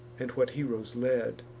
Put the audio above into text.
and what heroes led.